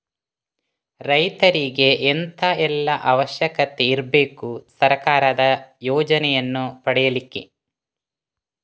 ರೈತರಿಗೆ ಎಂತ ಎಲ್ಲಾ ಅವಶ್ಯಕತೆ ಇರ್ಬೇಕು ಸರ್ಕಾರದ ಯೋಜನೆಯನ್ನು ಪಡೆಲಿಕ್ಕೆ?